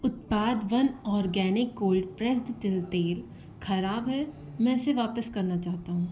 उत्पाद one organic cold pressed तिल तेल खराब है मैं इसे वापस करना चाहता हूँ